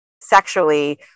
sexually